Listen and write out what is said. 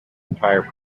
entire